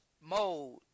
mode